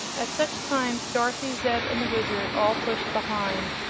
at such times dorothy, zeb and the wizard all pushed behind,